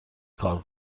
کار